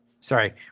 sorry